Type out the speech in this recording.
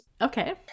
Okay